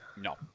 no